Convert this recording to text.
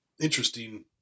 interesting